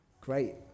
Great